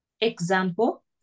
example